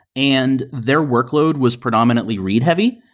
and their workload was predominantly read heavy.